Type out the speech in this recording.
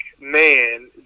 man